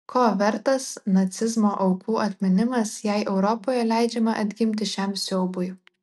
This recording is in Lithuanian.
ko vertas nacizmo aukų atminimas jei europoje leidžiama atgimti šiam siaubui